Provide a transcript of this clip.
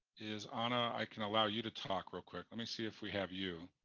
is ana, i can allow you to talk real quick. let me see if we have you.